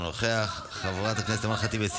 חבר הכנסת אחמד טיבי,